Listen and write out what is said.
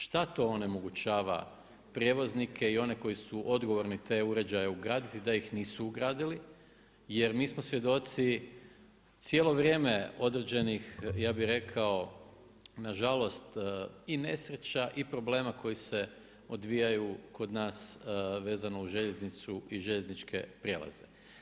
Šta to onemogućava prijevoznike i oni koji su odgovorne te uređaje ugraditi da ih nisu ugradili, jer mi smo svjedoci cijelo vrijeme određenih, ja bi rekao, nažalost i nesreća i problema koji se odvijaju kod nas vezano uz željeznicu i željezničke prijelaze.